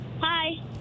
Hi